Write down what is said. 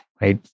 right